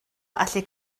allu